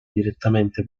direttamente